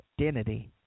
identity